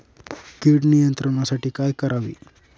कीड नियंत्रणासाठी काय करावे?